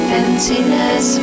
emptiness